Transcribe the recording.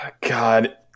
God